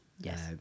Yes